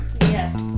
Yes